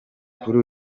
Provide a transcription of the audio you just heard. kuri